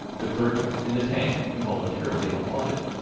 the clerk in the tank involuntarily applauded.